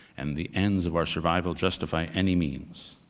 and the ends of our survival justify any means.